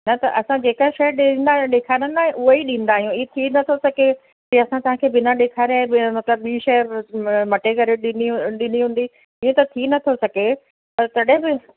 न त असां जेका शइ ॾींदा आहियूं ॾेखारींदा आहियूं उहो ई ॾींदा आहियूं ई थी नथो सघे की असां तव्हांखे बिना ॾेखारे ॿिए मतिलबु ॿीं शइ मटे करे ॾिनी ॾिनी हूंदी इहा त थी नथो सघे त तॾहिं बि